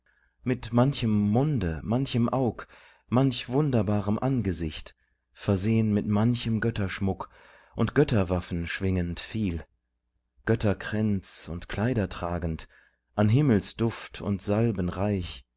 mit manchem munde manchem aug manch wunderbarem angesicht versehn mit manchem götterschmuck und götterwaffen schwingend viel götterkränz und kleider tragend an himmelsduft und salben reich